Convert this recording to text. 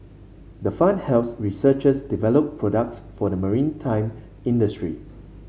the fund helps researchers develop products for the maritime industry